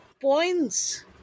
points